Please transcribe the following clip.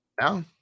No